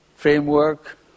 Framework